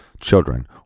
children